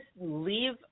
leave